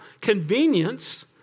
convenience